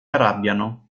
arrabbiano